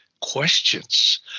questions